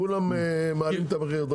כולם מעלים את המחיר.